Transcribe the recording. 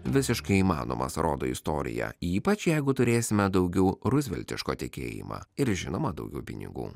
visiškai įmanomas rodo istorija ypač jeigu turėsime daugiau ruzveltiško tikėjimą ir žinoma daugiau pinigų